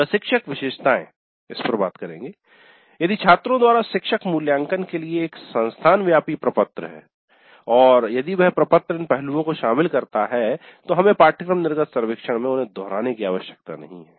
प्रशिक्षक विशेषताएँ यदि छात्रों द्वारा शिक्षक मूल्यांकन के लिए एक संस्थान व्यापी प्रपत्र है और यदि वह प्रपत्र इन पहलुओं को शामिल करता है तो हमें पाठ्यक्रम निर्गत सर्वेक्षण में उन्हें दोहराने की आवश्यकता नहीं है